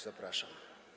Zapraszam.